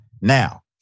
Now